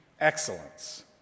excellence